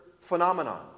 phenomenon